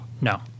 No